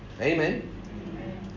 Amen